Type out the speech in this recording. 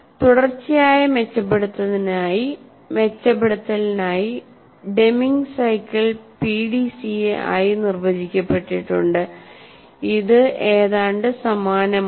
തുടർച്ചയായ മെച്ചപ്പെടുത്തലിനായി Deming cycle PDCA ആയി നിർവചിക്കപ്പെട്ടിട്ടുണ്ട് ഇത് ഏതാണ്ട് സമാനമാണ്